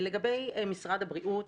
לגבי משרד הבריאות,